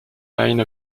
line